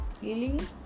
healing